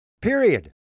period